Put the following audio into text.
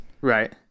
Right